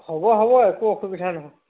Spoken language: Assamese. হ'ব হ'ব একো অসুবিধা নহয়